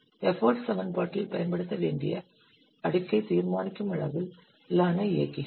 effort சமன்பாட்டில் பயன்படுத்த வேண்டிய அடுக்கை தீர்மானிக்கும் அளவிலான இயக்கிகள்